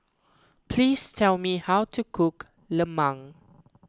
please tell me how to cook Lemang